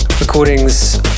recordings